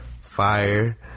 fire